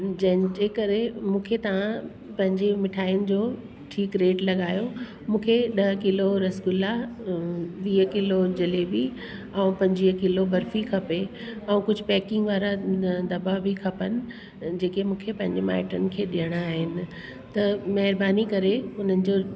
जंहिंजे करे मूंखे तव्हां पंहिंजी मिठाइन जो ठीकु रेट लॻायो मूंखे ॾह किलो रसगुल्ला अ वीह किल्लो जलेबी ऐं पंजवीह किलो बर्फी खपे ऐं कुझु पैकिंग वारा अ दॿा बि खपनि जेके मूंखे पंहिंजे माइटन खे ॾियणा आहिनि त महिरबानी करे उन्हनि जो